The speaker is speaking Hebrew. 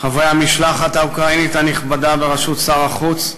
חברי המשלחת האוקראינית הנכבדה בראשות שר החוץ,